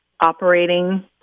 operating